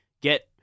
get